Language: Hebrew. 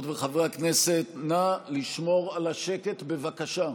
חברות וחברי הכנסת, נא לשמור על השקט, בבקשה.